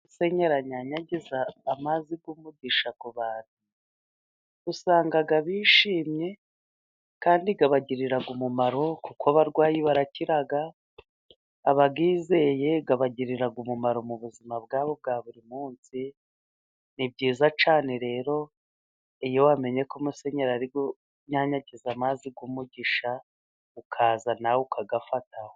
Musenyeri anyanyagiza amazi y'umugisha ku bantu usanga bishimye, kandi abagirira umumaro kuko abarwayi barakira ,abayizeye bibagirira umumaro mu buzima bwabo bwa buri munsi, ni byiza cyane rero iyo wamenyeko Musenyeri ari kunyanyagiza amazi y' umugisha ukaza nawe ukayafata.